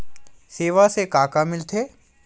सेवा से का का मिलथे?